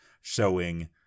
showing